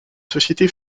société